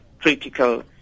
critical